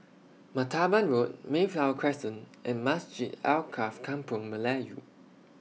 Martaban Road Mayflower Crescent and Masjid Alkaff Kampung Melayu